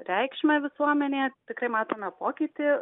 reikšmę visuomenėje tikrai matome pokytį